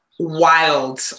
wild